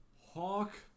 Hawk